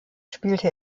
spielte